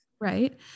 Right